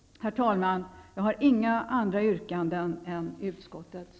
Herr talman! Jag har inga andra yrkanden än utskottets.